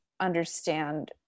understand